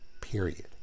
period